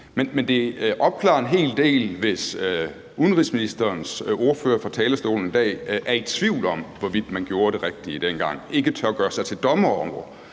Men det opklarer en hel del, hvis udenrigsministerens ordfører fra talerstolen i dag er i tvivl om, hvorvidt man gjorde det rigtige dengang, og ikke tør gøre sig til dommer over,